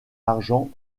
argent